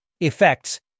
effects